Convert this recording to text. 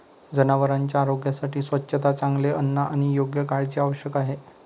जनावरांच्या आरोग्यासाठी स्वच्छता, चांगले अन्न आणि योग्य काळजी आवश्यक आहे